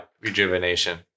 rejuvenation